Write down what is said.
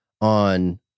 on